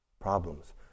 problems